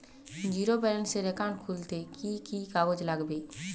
Zero ব্যালেন্সের account খুলতে কি কি কাগজ লাগবে?